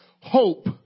hope